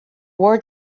war